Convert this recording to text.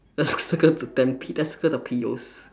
circle the let's circle the piyos